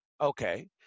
Okay